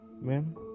ma'am